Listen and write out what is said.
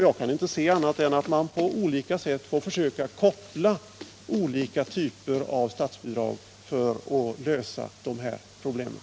Jag kan inte förstå annat än att man på olika sätt får försöka koppla ihop olika typer av statsbidrag för att lösa de här problemen.